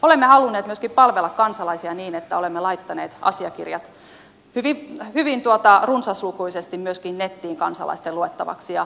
olemme halunneet myöskin palvella kansalaisia niin että olemme laittaneet asiakirjat hyvin runsaslukuisesti myöskin nettiin kansalaisten luettavaksi